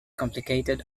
complicated